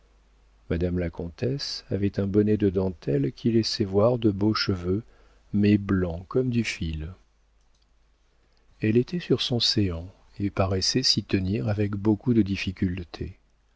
madame la comtesse avait un bonnet de dentelles qui laissait voir de beaux cheveux mais blancs comme du fil elle était sur son séant et paraissait s'y tenir avec beaucoup de difficulté